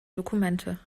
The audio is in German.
dokumente